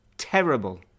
Terrible